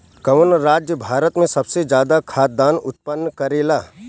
कवन राज्य भारत में सबसे ज्यादा खाद्यान उत्पन्न करेला?